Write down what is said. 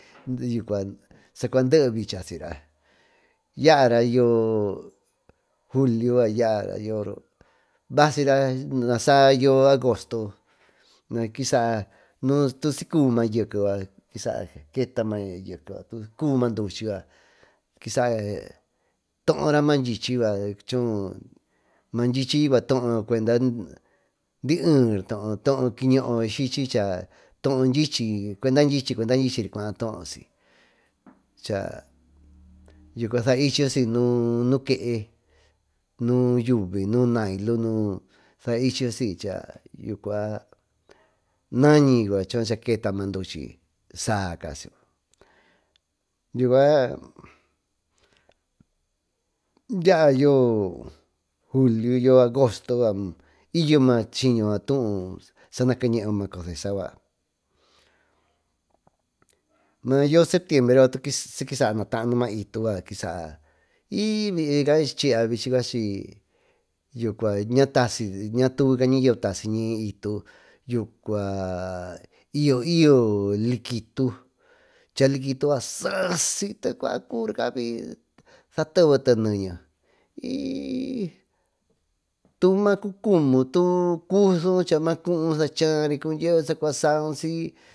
Yuca tusi sicubi mayeke yucua keta maa yekee tusi sacubi maa duchi toora maa dychi yucua madyichi toora cuenda dieritioyo ni sichira too yo cuenda dyichi cuenda dyichi cuaayo tooyo siy cha saichiyo siy nuu yuviñu kee nuu naylo nuu saichiyo si yucua nañi yucuabcha keta ducha saa cachiyo yucua yaa julio agosto yucua y yo ma chiño yucua sana cañeeyo maa cosesa yucua maayo septiembre yucua iy bica chiya cuachi natasi kisaa nataanu maa itu yucua iy bica chiya cuachi natasi ñatatuvica ñayeve taasiñi itu y yo likitu chaa likitu yucua sasite cuba cubirca satevete neñe y macucumu tu coso cha maa cuu sachari sacua sausi.